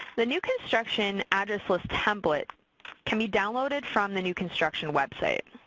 the new construction address list template can be downloaded from the new construction website.